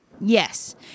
Yes